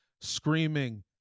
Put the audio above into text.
screaming